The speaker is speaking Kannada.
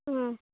ಹ್ಞೂ